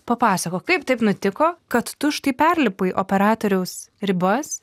papasakok kaip taip nutiko kad tu štai perlipai operatoriaus ribas